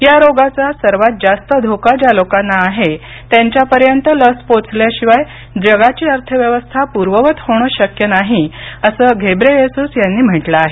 या रोगाचा सर्वात जास्त धोका ज्या लोकांना आहे त्यांच्यापर्यंत लस पोहोचल्याशिवाय जगाची अर्थव्यवस्था पूर्ववत होणं शक्य नाही असं घेब्रेयेसुस यांनी म्हटलं आहे